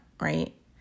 right